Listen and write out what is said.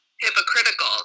hypocritical